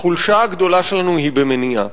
החולשה הגדולה שלנו היא במניעה.